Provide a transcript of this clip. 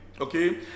okay